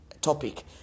topic